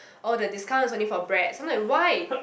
oh the discount is only for bread so I'm like why